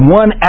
one